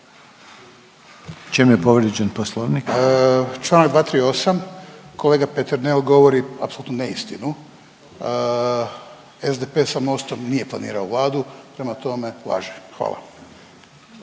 čemu je povrijeđen Poslovnik? **Račan, Ivan (SDP)** Čl. 238. Kolege Peternel govori apsolutnu neistinu. SDP sa Mostom nije planirao vladu, prema tome, laže. Hvala.